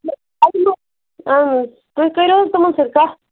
أتی گوٚو تُہۍ کٔرِو حظ تِمَن سۭتۍ کَتھ